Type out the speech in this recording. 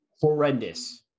Horrendous